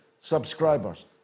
subscribers